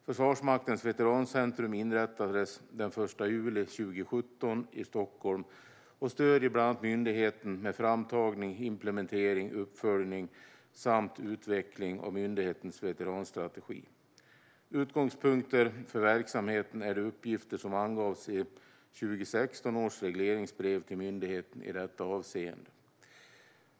Försvarsmaktens Veterancentrum inrättades den 1 juli 2017 i Stockholm och stöder bland annat myndigheten med framtagning, implementering, uppföljning samt utveckling av myndighetens veteranstrategi. Utgångspunkter för verksamheten är de uppgifter som angavs i 2016 års regleringsbrev till myndigheten i detta avseende.